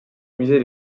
musée